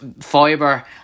fiber